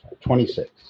twenty-six